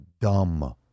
dumb